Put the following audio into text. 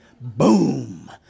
Boom